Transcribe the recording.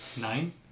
Nine